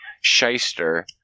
shyster